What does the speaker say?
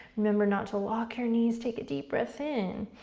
remember not to lock your knees, take a deep breath in.